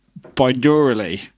binaurally